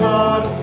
God